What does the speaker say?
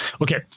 Okay